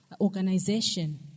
organization